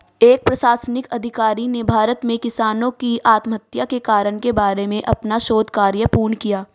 एक प्रशासनिक अधिकारी ने भारत में किसानों की आत्महत्या के कारण के बारे में अपना शोध कार्य पूर्ण किया